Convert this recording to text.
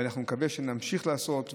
ואנחנו נקווה שנמשיך לעשות,